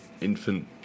infant